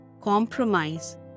compromise